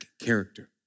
character